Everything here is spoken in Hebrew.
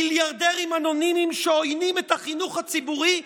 מיליארדים אנונימיים שעוינים את החינוך הציבורי.